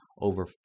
over